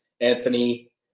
Anthony